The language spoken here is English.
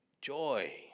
joy